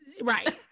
Right